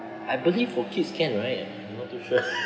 I believe for kids can right I'm not too sure